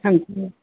ਹਾਂਜੀ